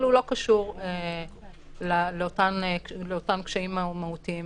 אבל הוא לא קשור לאותם קשיים מהותיים